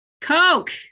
coke